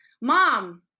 Mom